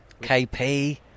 KP